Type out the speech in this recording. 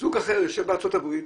וזוג אחר יושב בארצות הברית,